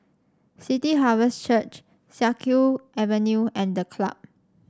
City Harvest Church Siak Kew Avenue and The Club